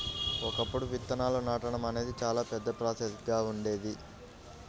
ఒకప్పుడు విత్తనాలను నాటడం అనేది చాలా పెద్ద ప్రాసెస్ గా ఉండేది